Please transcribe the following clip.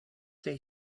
they